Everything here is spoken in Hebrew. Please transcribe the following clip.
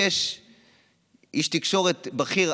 יש איש תקשורת בכיר,